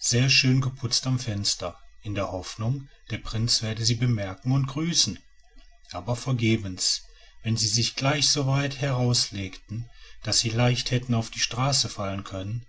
sehr schön geputzt am fenster in der hoffnung der prinz werde sie bemerken und grüßen aber vergebens wenn sie sich gleich so weit herauslegten daß sie leicht hätten auf die straße fallen können